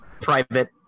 private